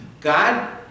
God